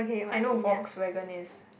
I know Volkswagen is